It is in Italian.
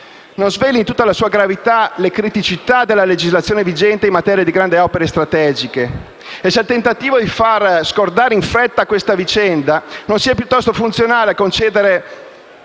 non sveli, in tutta la sua gravità, le criticità della legislazione vigente in materia di grandi opere strategiche, e se il tentativo di far scordare in fretta questa vicenda non sia piuttosto funzionale al concedere